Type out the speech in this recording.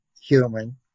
human